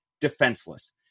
defenseless